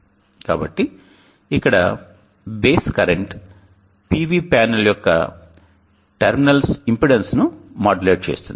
కాబట్టి ఇక్కడ base current PV panel యొక్క టెర్మినల్స్ ఇంపెడెన్స్ను మాడ్యులేట్ చేస్తుంది